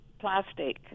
plastic